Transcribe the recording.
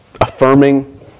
affirming